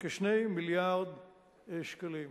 כ-2 מיליארד שקלים.